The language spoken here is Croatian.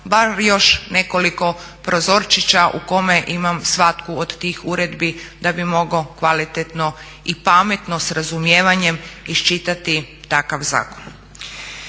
bar još nekoliko prozorčića u kome imam svaku od tih uredbi da bi mogao kvalitetno i pametno, s razumijevanjem iščitati takav zakon.